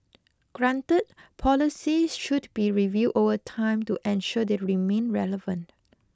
granted policies should be reviewed over time to ensure they remain relevant